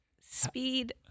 Speed